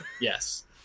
yes